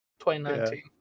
2019